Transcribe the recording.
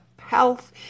health